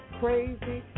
crazy